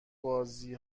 بازی